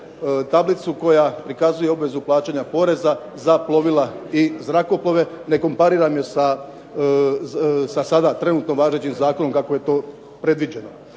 tablicu koja prikazuje obvezu plaćanja poreza za plovila i zrakoplove ne kompariram je sa sada trenutno važećim zakonom kako je to predviđeno.